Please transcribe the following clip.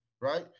right